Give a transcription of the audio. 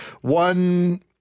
one